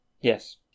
Yes